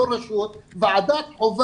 לא ועדת רשות,